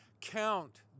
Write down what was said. Count